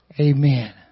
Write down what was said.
Amen